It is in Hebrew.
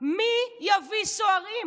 מי יביא סוהרים,